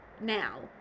Now